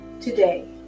today